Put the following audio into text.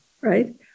right